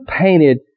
painted